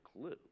clue